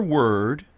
word